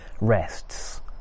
rests